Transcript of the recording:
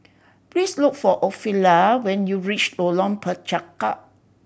please look for Ofelia when you reach Lorong Penchalak